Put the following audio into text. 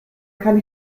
kann